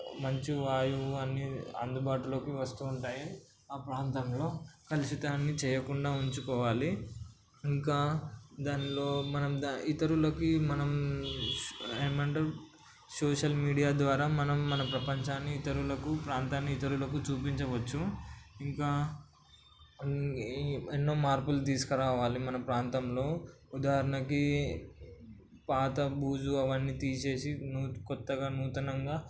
మంచి వాయువు అన్నీ అందుబాటులోకి వస్తూ ఉంటాయి ఆ ప్రాంతంలో కలుషితాన్ని చేయకుండా ఉంచుకోవాలి ఇంకా దానిలో మనం ఇతరులకి మనం ఏమంటారు సోషల్ మీడియా ద్వారా మనం మన ప్రపంచాన్ని ఇతరులకు ప్రాంతాన్ని ఇతరులకు చూపించవచ్చు ఇంకా ఈ ఎన్నో మార్పులు తీసుకురావాలి మన ప్రాంతంలో ఉదాహారణకి పాత బూజు అవన్నీ తీసేసి కొత్తగా నూతనంగా